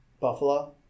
Buffalo